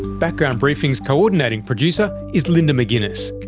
background briefing's co-ordinating producer is linda mcginness,